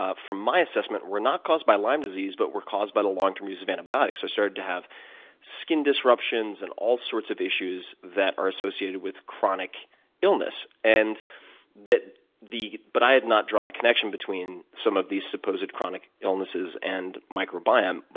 ah from my assessment, were not caused by lyme disease, but were caused by the long-term use of antibiotics. i started to have skin disruptions and all sorts of issues that are associated with chronic illness. and but i had not drawn the connection between some of these supposed chronic illnesses and microbiome.